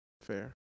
Fair